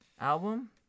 album